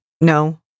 no